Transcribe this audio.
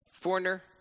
foreigner